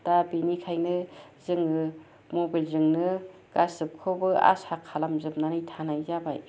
दा बेनिखायनो जोङो मबाइल जोंनो गासैखौबो आसा खालामजोबनानै थानाय जाबाय